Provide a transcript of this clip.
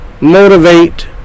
motivate